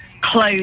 close